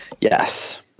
Yes